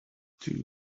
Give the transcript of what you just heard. too